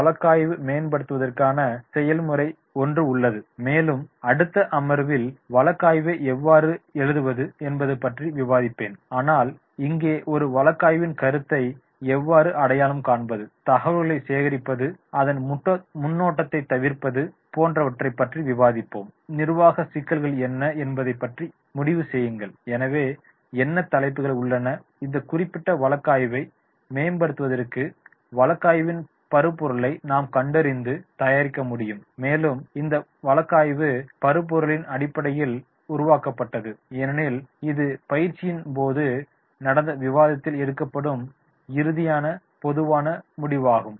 வழக்காய்வை மேப்படுத்துவதற்கான செயல்முறை ஒன்று உள்ளது மேலும் அடுத்த அமர்வில் வழக்காய்வை எவ்வாறு எழுதுவது என்பதை பற்றி விவாதிப்பேன் ஆனால் இங்கே ஒரு வழக்காய்வின் கருத்தை எவ்வாறு அடையாளம் காண்பது தகவல்களைச் சேகரிப்பது அதன் முன்னோட்டத்தை தயாரிப்பது போன்றவற்றை பற்றி விவாதிப்போம் நிர்வாக சிக்கல்கள் என்ன என்பதை முடிவு செய்யுங்கள் எனவே என்ன தலைப்புகள் உள்ளன இந்த குறிப்பிட்ட வழக்காய்வை மேப்படுத்துவதற்காக வழக்காய்வின் பருப்பொருளை நாம் கண்டறிந்து தயாரிக்க முடியும் மேலும் இந்த வழக்காய்வு பருப்பொருளின் அடிப்படையில் உருவாக்கப்பட்டது ஏனெனில் இது பயிற்சியின் போது நடந்த விவாதத்தில் எடுக்கப்படும் இறுதியான பொதுவான முடிவாகும்